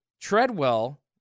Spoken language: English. Treadwell